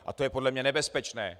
A to je podle mě nebezpečné.